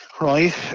Right